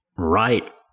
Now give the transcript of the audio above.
Right